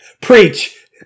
Preach